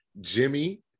Jimmy